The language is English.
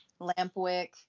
Lampwick